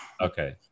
Okay